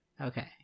Okay